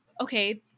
okay